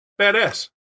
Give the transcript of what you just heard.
Badass